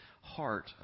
heart